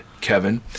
Kevin